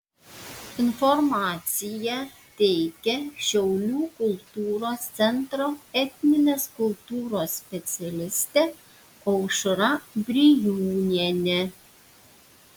informaciją teikia šiaulių kultūros centro etninės kultūros specialistė aušra brijūnienė